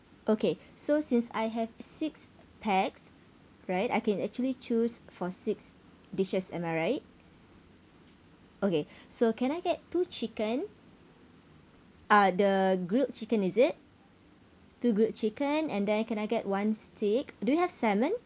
okay so since I have six pax right I can actually choose for six dishes am I right okay so can I get two chicken uh the grilled chicken is it two grilled chicken and then can I get one steak do you have salmon